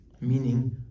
Meaning